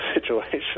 situation